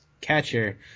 catcher